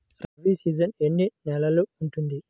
Rabi season ఎన్ని నెలలు ఉంటుంది?